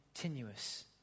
continuous